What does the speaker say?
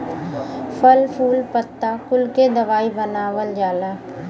फल फूल पत्ता कुल के दवाई बनावल जाला